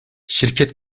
şirket